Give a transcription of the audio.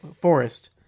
Forest